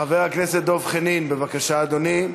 חבר הכנסת דב חנין, בבקשה, אדוני.